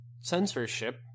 censorship